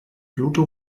pluto